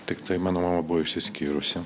tiktai mano mama buvo išsiskyrusi